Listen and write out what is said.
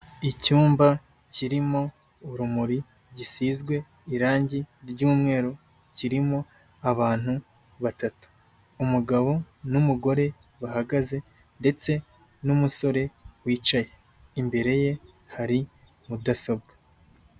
Icyumba kirimo urumuri, gisizwe irangi ry'umweru, kirimo abantu batatu: Umugabo n'umugore bahagaze ndetse n'umusore wicaye. Imbere ye hari mudasobwa.